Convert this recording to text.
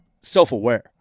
self-aware